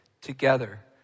together